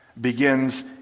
begins